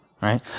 right